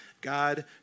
God